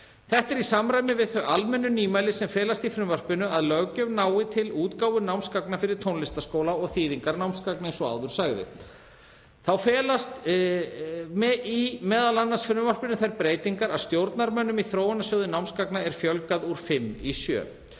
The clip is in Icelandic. Þetta er í samræmi við þau almennu nýmæli sem felast í frumvarpinu að löggjöf nái til útgáfu námsgagna fyrir tónlistarskóla og þýðingar námsgagna, eins og áður sagði. Þá felast m.a. í frumvarpinu þær breytingar að stjórnarmönnum í þróunarsjóði námsgagna er fjölgað úr fimm